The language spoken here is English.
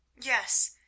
Yes